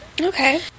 Okay